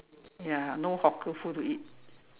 ya no hawker food to eat